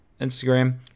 Instagram